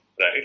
Right